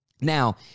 Now